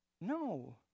No